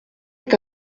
est